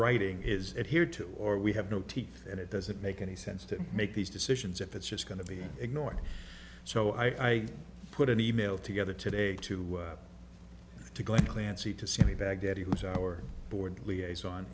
writing is it here too or we have no teeth and it doesn't make any sense to make these decisions if it's just going to be ignored so i put an e mail together today to up to glen clancy to see baghdadi who's our board liaison